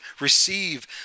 receive